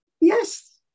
Yes